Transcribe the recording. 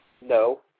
No